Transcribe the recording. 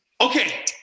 Okay